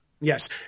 yes